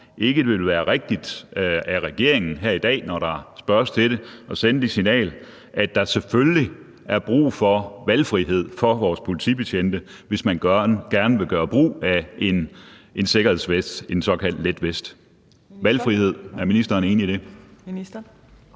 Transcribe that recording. ikke det ville være rigtigt af regeringen her i dag, når der spørges til det, at sende det signal, at der selvfølgelig er brug for valgfrihed for vores politibetjente, hvis de gerne vil gøre brug af en sikkerhedsvest, en såkaldt letvest. Valgfrihed – er ministeren enig i det?